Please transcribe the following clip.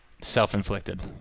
self-inflicted